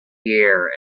year